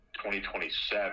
2027